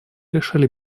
решили